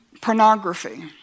Pornography